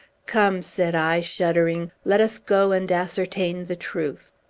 come, said i, shuddering let us go and ascertain the truth.